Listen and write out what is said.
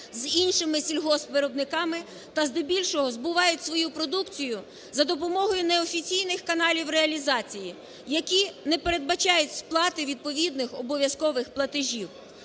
з іншими сільгоспвиробника та здебільшого збувають свою продукцію за допомогою неофіційних каналів реалізації, які не передбачають сплати відповідних обов'язкових платежів.